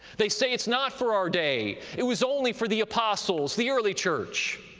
they say it's not for our day it was only for the apostles, the early church,